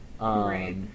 Right